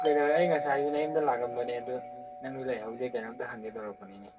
ꯀꯩꯗꯧꯔꯦ ꯑꯩ ꯉꯁꯥꯏꯁꯨ ꯅꯌꯨꯝꯗ ꯂꯥꯛꯂꯝꯕꯅꯦ ꯑꯗꯨ ꯅꯪꯁꯨ ꯂꯩꯍꯧꯗꯦ ꯀꯩꯅꯣꯝꯇ ꯍꯪꯒꯦ ꯇꯧꯔꯛꯄꯅꯤꯅꯦ